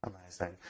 Amazing